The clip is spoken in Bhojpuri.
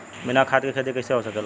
बिना खाद के खेती कइसे हो सकेला?